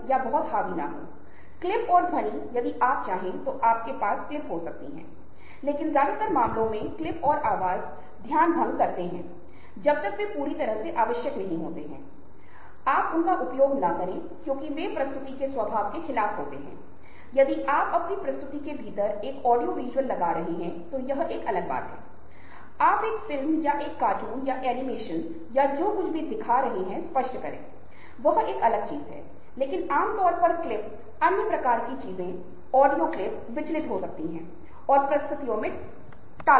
आपके पास दस्तावेज़ और सामग्री है आपके पास ईवेंट हैं आपके पास संगीत है आप विकि आभासी दुनिया जीवन कास्टिंग चित्र समीक्षा और रेटिंग स्थान व्यावसायिक नेटवर्क व्यावसायिक डैशबोर्ड सुनने और लक्ष्यीकरण विभिन्न प्रकार के सामाजिक नेटवर्क चर्चा बोर्ड हैं धाराएं सामाजिक अवधि ब्लॉग और वार्तालाप सहयोग और क्या नहीं अक्सर पूछे जाने वाले प्रश्न प्रतिक्रियाएं और गतिविधियों की एक विस्तृत श्रृंखला है